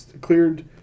cleared